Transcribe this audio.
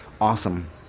Awesome